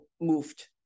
moved